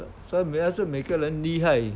所以每每个人厉害